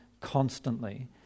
Constantly